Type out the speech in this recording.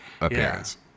appearance